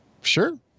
Sure